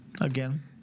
Again